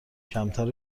کمتر